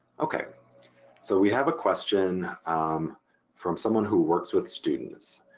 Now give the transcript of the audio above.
okay so we have a question um from someone who works with students,